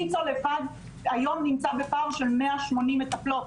ויצו לבד היום נמצא בפער של 180 מטפלות.